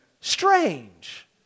strange